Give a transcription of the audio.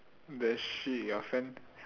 that shit your friend